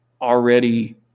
already